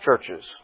churches